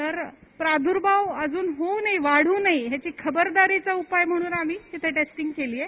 तर प्रादर्भाव अजून होऊ नये वाढू नये याचा खबरदारीचा उपाय म्हणून इथे टेस्टिंग केली आहे